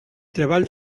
treball